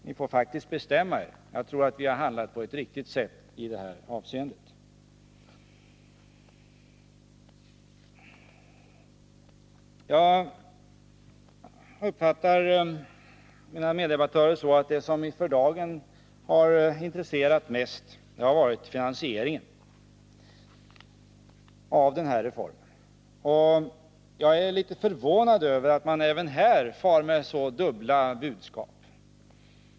Ni får faktiskt bestämma er. Jag tror att vi har handlat riktigt i detta avseende. Jag uppfattar mina meddebattörer så att det som ni för dagen har intresserat er mest för är finansieringen av denna reform. Jag är litet förvånad över att ni även här för fram dubbla budskap.